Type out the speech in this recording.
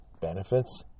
benefits